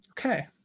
Okay